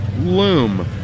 Loom